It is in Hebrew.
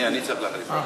אני, אני צריך להחליף אותך.